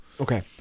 Okay